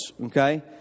Okay